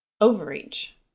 overreach